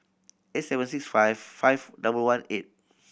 eight seven six five five double one eight